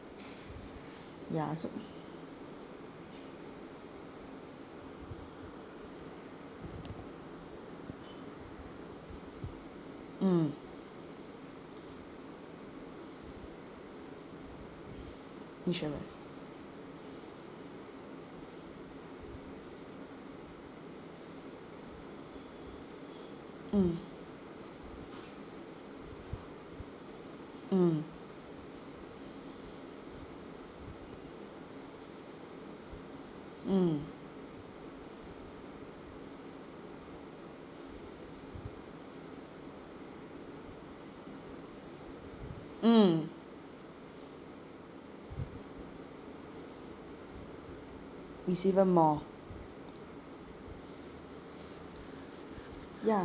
ya so mm insurance mm mm mm mm it's even more ya